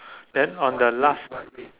then on the last